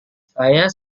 saya